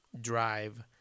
drive